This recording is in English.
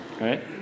Right